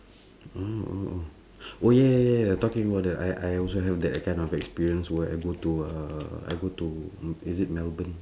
oh oh oh oh ya ya ya talking about that I I also have that kind of experience where I go to uh I go to mm is it melbourne